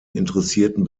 interessierten